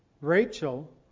Rachel